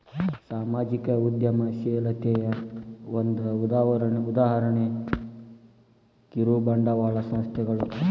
ಸಾಮಾಜಿಕ ಉದ್ಯಮಶೇಲತೆಯ ಒಂದ ಉದಾಹರಣೆ ಕಿರುಬಂಡವಾಳ ಸಂಸ್ಥೆಗಳು